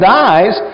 dies